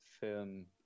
film